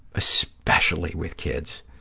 especially with kids.